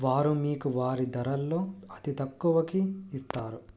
వారు మీకు వారి ధరల్లో అతి తక్కువకి ఇస్తారు